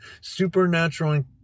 supernatural